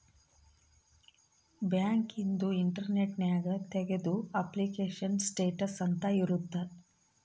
bank ಇಂದು internet ನ್ಯಾಗ ತೆಗ್ದು ಅಪ್ಲಿಕೇಶನ್ ಸ್ಟೇಟಸ್ ಅಂತ ಇರುತ್ತ